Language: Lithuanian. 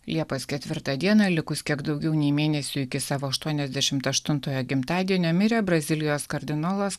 liepos ketvirtą dieną likus kiek daugiau nei mėnesiui iki savo aštuoniasdešimt aštuntojo gimtadienio mirė brazilijos kardinolas